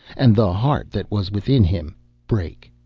and the heart that was within him brake.